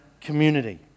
community